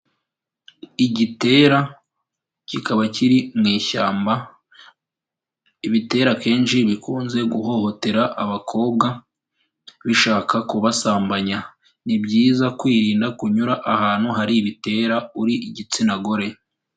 Igitera kikaba kiri mu ishyamba, ibitera akenshi bikunze guhohotera abakobwa, bishaka kubasambanya, ni byiza kwirinda kunyura ahantu hari ibitera, uri igitsina gore.